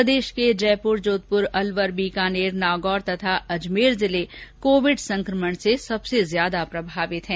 प्रदेश के जयपुर जोधपुर अलवर बीकानेर नागौर तथा अजमेर जिले संक्रमण से सबसे ज्यादा प्रभावित है